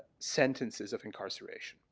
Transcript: sentences of incarceration,